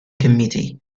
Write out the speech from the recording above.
committee